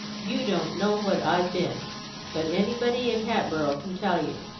you don't know what i've been but anybody in hatboro' can tell you.